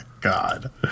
God